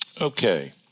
Okay